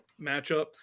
matchup